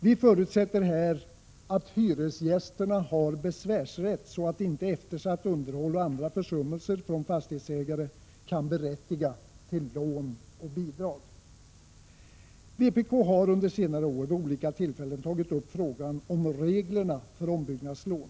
Vi förutsätter här att hyresgästerna har ”besvärsrätt”, så att inte eftersatt underhåll och andra försummelser från fastighetsägare kan berättiga till lån och bidrag. Vpk har under senare år vid olika tillfällen tagit upp frågan om reglerna för ombyggnadslån.